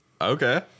okay